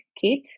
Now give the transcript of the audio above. kit